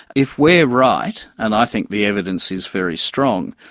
if we're right, and i think the evidence is very strong,